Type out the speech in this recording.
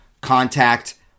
contact